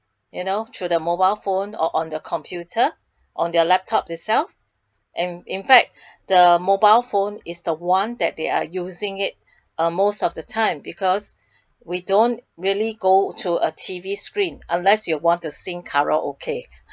you know should the mobile phone or on the computer or their laptop itself in in fact the mobile phone is the one that they are using it uh most of the time because we don't really go to a T_V screen unless you want to sing karaoke